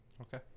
Okay